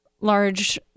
large